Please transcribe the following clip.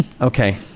okay